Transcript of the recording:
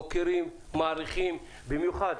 מוקירים ומעריכים במיוחד,